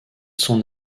son